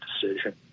decision